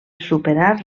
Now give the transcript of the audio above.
superar